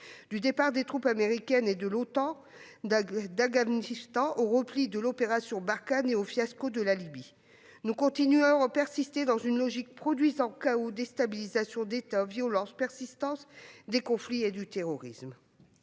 du départ des troupes américaines et de l'Otan d'Afghanistan au repli de l'opération Barkhane, jusqu'au fiasco de la Libye. Nous continuons à persévérer dans une logique produisant chaos, déstabilisation d'États, violences, persistance des conflits et du terrorisme.